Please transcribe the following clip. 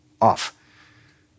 off